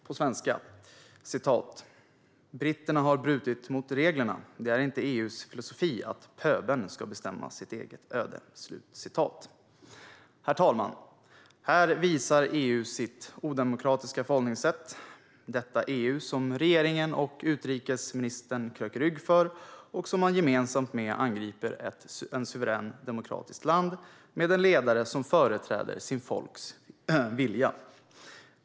På svenska: Britterna har brutit mot reglerna. Det är inte EU:s filosofi att pöbeln ska bestämma sitt eget öde. Herr talman! Här visar EU sitt odemokratiska förhållningssätt; detta EU som regeringen och utrikesministern kröker rygg för och som gemensamt angriper ett suveränt demokratiskt land vars ledare företräder sitt folks vilja.